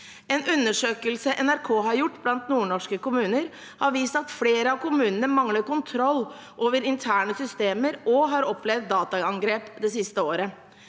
En undersøkelse NRK har gjort blant nordnorske kommuner, har vist at flere av kommunene mangler kontroll over interne systemer og har opplevd dataangrep det siste året.